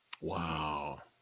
Wow